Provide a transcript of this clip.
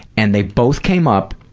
and they both came up,